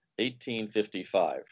1855